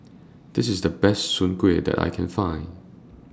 This IS The Best Soon Kuih that I Can Find